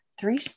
three